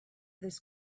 this